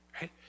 right